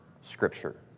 Scripture